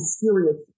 serious